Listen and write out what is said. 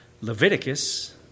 Leviticus